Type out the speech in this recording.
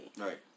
right